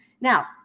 Now